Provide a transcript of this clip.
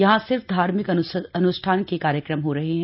यहां सिर्फ धार्मिक अनुष्ठान के कार्यक्रम हो रहे हैं